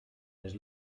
his